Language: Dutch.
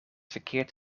verkeerd